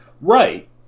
right